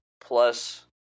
plus